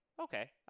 okay